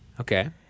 Okay